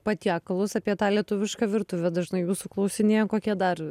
patiekalus apie tą lietuvišką virtuvę dažnai jūsų klausinėja kokie dar